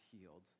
healed